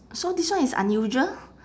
so this one is unusual